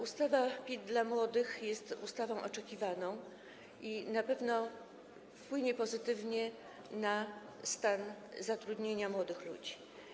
Ustawa PIT dla młodych jest ustawą oczekiwaną, która na pewno wpłynie pozytywnie na stan zatrudnienia młodych ludzi.